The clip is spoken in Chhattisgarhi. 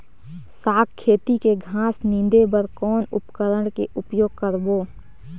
साग खेती के घास निंदे बर कौन उपकरण के उपयोग करबो?